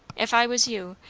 if i was you,